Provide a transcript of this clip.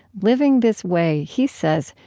living this way, he says,